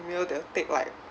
mail they will take like